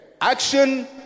Action